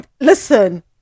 listen